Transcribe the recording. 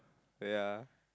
ya